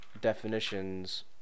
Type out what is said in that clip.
definitions